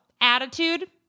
Attitude